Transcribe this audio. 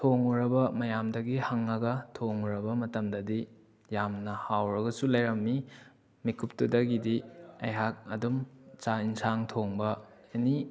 ꯊꯣꯡꯂꯨꯔꯕ ꯃꯌꯥꯝꯗꯒꯤ ꯍꯪꯂꯒ ꯊꯣꯡꯂꯨꯔꯕ ꯃꯇꯝꯗꯗꯤ ꯌꯥꯝꯅ ꯍꯥꯎꯔꯒꯁꯨ ꯂꯩꯔꯝꯃꯤ ꯃꯤꯀꯨꯞꯇꯨꯗꯒꯤꯗꯤ ꯑꯩꯍꯥꯛ ꯑꯗꯨꯝ ꯆꯥꯛ ꯏꯟꯁꯥꯡ ꯊꯣꯡꯕ ꯑꯦꯅꯤ